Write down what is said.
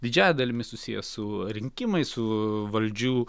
didžiąja dalimi susiję su rinkimais su valdžių